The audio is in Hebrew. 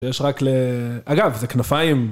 יש רק ל..ץ אגב זה כנפיים